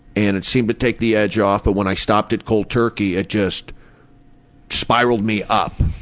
and it seemed to take the edge off, but when i stopped it cold turkey it just spiraled me up.